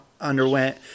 underwent